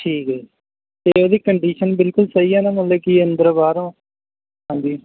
ਠੀਕ ਹੈ ਜੀ ਅਤੇ ਉਹਦੀ ਕੰਡੀਸ਼ਨ ਬਿਲਕੁਲ ਸਹੀ ਏ ਨਾ ਮਤਲਬ ਕਿ ਅੰਦਰੋਂ ਬਾਹਰੋਂ ਹਾਂਜੀ